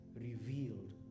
revealed